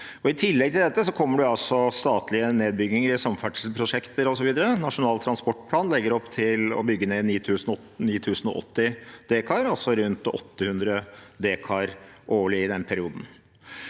I tillegg til dette kommer statlige nedbygginger i samferdselsprosjekter osv. Nasjonal transportplan legger opp til å bygge ned 9 080 dekar, altså rundt 800 dekar årlig i den perioden.